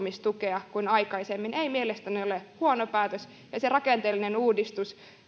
enemmän asumistukea kuin aikaisemmin ei mielestäni ole huono päätös se rakenteellinen uudistus